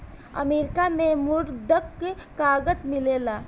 America में मुद्रक कागज मिलेला